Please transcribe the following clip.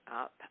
up